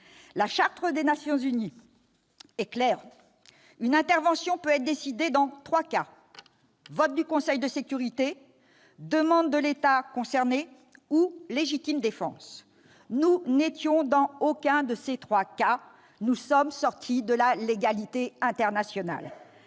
La Charte des Nations unies est claire. Une intervention peut être décidée dans trois cas : vote du Conseil de sécurité, demande de l'État concerné ou légitime défense. Nous n'étions dans aucun de ces trois cas ; nous sommes sortis de la légalité internationale